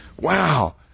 Wow